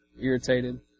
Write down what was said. irritated